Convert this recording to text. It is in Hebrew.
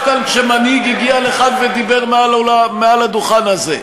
כאן כשמנהיג הגיע לכאן ודיבר מעל הדוכן הזה.